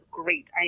great